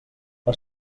per